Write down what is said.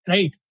Right